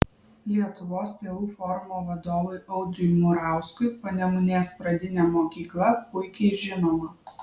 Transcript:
lietuvos tėvų forumo vadovui audriui murauskui panemunės pradinė mokykla puikiai žinoma